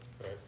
Right